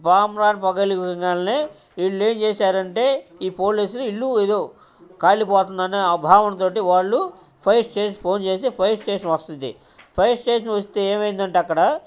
సాంబ్రాణి పొగలి ఉందనే వీళ్ళు ఏమి చేశారంటే ఈ పోలీసుని ఇల్లు ఏదో కాలిపోతుందని ఆ భావనతో వాళ్ళు ఫైర్ స్టేషన్కి ఫోన్ చేసి ఫైర్ స్టేషన్ వస్తంది ఫైర్ స్టేషన్ వస్తే ఏమైందంటే అక్కడ